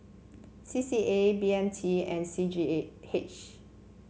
C C A B M T and C G A H